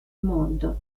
mondo